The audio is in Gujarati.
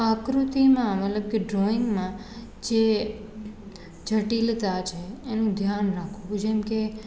આકૃતિમાં મતલબ કે ડ્રોઈંગમાં જે જટિલતા છે એનું ધ્યાન રાખવું જેમકે